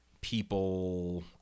people